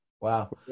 Wow